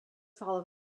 follow